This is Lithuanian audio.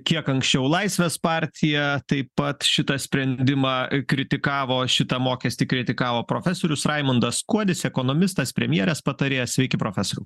kiek anksčiau laisvės partija taip pat šitą sprendimą kritikavo šitą mokestį kritikavo profesorius raimundas kuodis ekonomistas premjeras patarėjas sveiki profesoriau